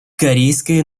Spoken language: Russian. корейская